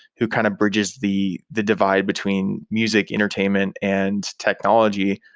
who kind of bridges the the divide between music entertainment and technology.